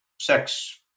sex